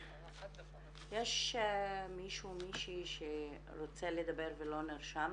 יש מישהו או מישהי שרוצה לדבר ולא נרשם?